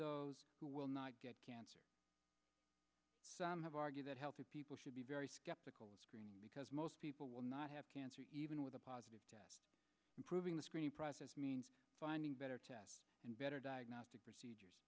those who will not get cancer some have argued that healthy people should be very skeptical of screening because most people will not have cancer even with a positive test improving the screening process means finding better tests and better diagnostic procedures